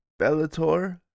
Bellator